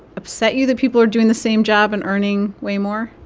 upset you, that people are doing the same job and earning way more?